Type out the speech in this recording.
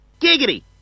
Giggity